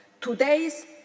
Today's